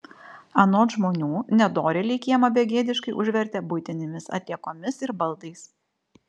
anot žmonių nedorėliai kiemą begėdiškai užvertė buitinėmis atliekomis ir baldais